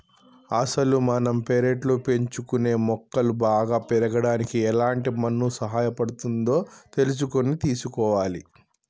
అసలు మనం పెర్లట్లో పెంచుకునే మొక్కలు బాగా పెరగడానికి ఎలాంటి మన్ను సహాయపడుతుందో తెలుసుకొని తీసుకోవాలి